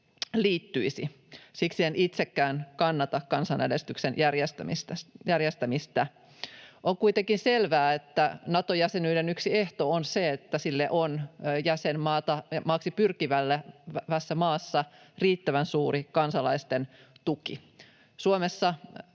liittyisi. Siksi en itsekään kannata kansanäänestyksen järjestämistä. On kuitenkin selvää, että Nato-jäsenyyden yksi ehto on se, että sille on jäsenmaaksi pyrkivässä maassa riittävän suuri kansalaisten tuki. Suomessa